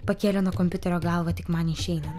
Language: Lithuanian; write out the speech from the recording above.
pakėlė nuo kompiuterio galvą tik man išeinan